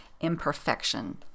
Imperfection